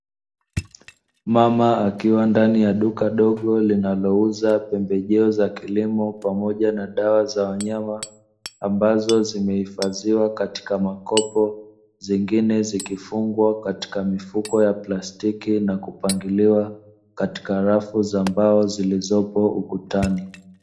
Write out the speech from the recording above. Mama akiwa ndani ya duka dogo linalouza pembejeo za kilimo pamoja na dawa za wanyama, ambazo zimehifadhiwa katika makopo, zingine zikifungwa katika mifuko ya plastiki na kupangiliwa katika rafu za mbao, zilizopo ukutani.